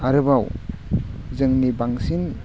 आरोबाव जोंनि बांसिन